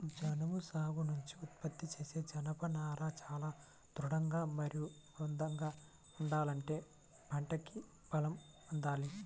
జనుము సాగు నుంచి ఉత్పత్తి చేసే జనపనార చాలా దృఢంగా మరియు మందంగా ఉండాలంటే పంటకి బలం అందాలి